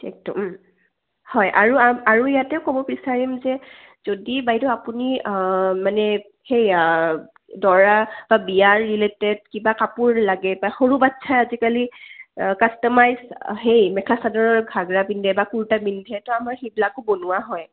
একদম হয় আৰু আৰু ইয়াতে ক'ব বিচাৰিম যে যদি বাইদেউ আপুনি মানে সেই দৰা বা বিয়াৰ ৰিলেটেড কিবা কাপোৰ লাগে বা সৰু বাচ্ছাই আজিকালি কাষ্টমাইজ সেই মেখেলা চাদৰৰ ঘাগৰা পিন্ধে বা কুৰ্তা পিন্ধে ত' আমাৰ সেইবিলাকো বনোৱা হয়